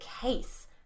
case